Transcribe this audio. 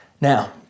Now